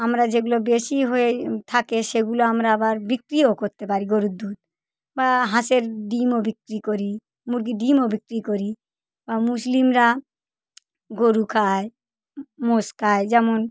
আমরা যেগুলো বেশি হয়ে থাকে সেগুলো আমরা আবার বিক্রিও করতে পারি গরুর দুধ বা হাঁসের ডিমও বিক্রি করি মুরগির ডিমও বিক্রি করি বা মুসলিমরা গরু খায় মোষ খায় যেমন